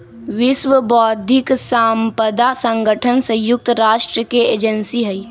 विश्व बौद्धिक साम्पदा संगठन संयुक्त राष्ट्र के एजेंसी हई